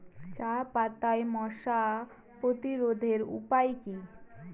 চাপাতায় মশা প্রতিরোধের উপায় কি?